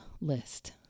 list